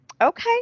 Okay